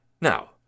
Now